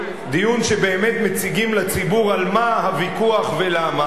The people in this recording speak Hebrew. דיון שבו באמת מציגים לציבור על מה הוויכוח ולמה,